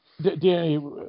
Danny